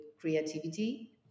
creativity